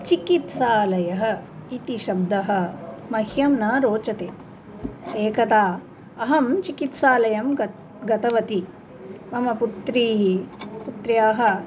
चिकित्सालयः इति शब्दः मह्यं न रोचते एकदा अहं चिकित्सालयं गत् गतवती मम पुत्री पुत्र्याः